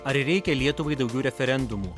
ar reikia lietuvai daugiau referendumų